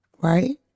right